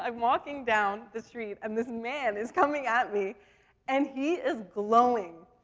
um walking down the street and this man is coming at me and he is glowing.